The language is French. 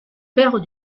père